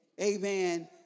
Amen